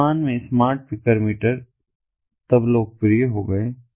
वर्तमान में smart picker meter तब लोकप्रिय हो गए